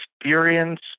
experience